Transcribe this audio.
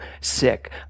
sick